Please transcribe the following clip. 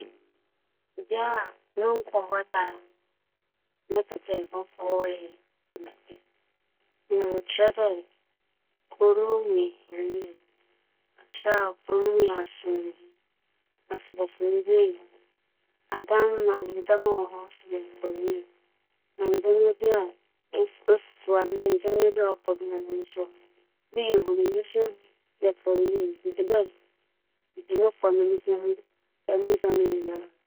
Bea monkͻree da na nkyɛ minyaa mobͻkͻ hͻ nsrahwɛ nye ͻman Panyin Nana Addo a ͻyɛ ͻman Panyin wͻ Ghana ne fie. Siantsir nye dɛ, mepɛ dɛ muhu mbrɛ ne fie besi ayɛ, mbrɛ wosi som no, mbrɛ wosi toto ndzɛmba wͻ ne fie nna mbrɛ oesi esiesie ne fie afa osian ne dzibea ntsi. Iyi nye bea mo kͻn dͻ dɛ da bi mobͻkͻ.